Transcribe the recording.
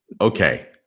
Okay